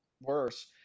worse